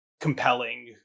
compelling